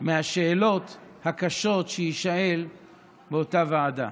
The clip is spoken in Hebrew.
מהשאלות הקשות שיישאל באותה ועדה.